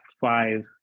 five